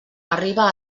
arriba